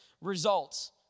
results